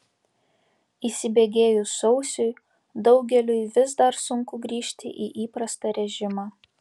įsibėgėjus sausiui daugeliui vis dar sunku grįžti į įprastą režimą